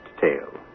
tale